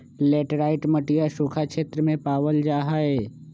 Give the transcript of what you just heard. laterite मटिया सूखा क्षेत्र में पावल जाहई